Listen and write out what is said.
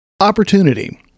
Opportunity